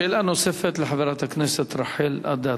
שאלה נוספת לחברת הכנסת רחל אדטו.